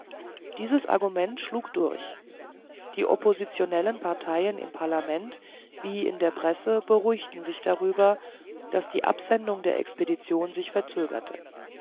dieses argument schlug durch die oppositionellen parteien im parlament wie in der presse beruhigten sich darüber daß die absendung der expedition sich verzögerte